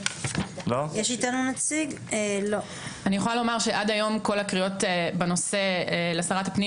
אני יכולה לומר שעד היום כל הקריאות בנושא לשרת הפנים